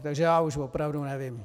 Takže já už opravdu nevím.